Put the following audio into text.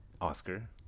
Oscar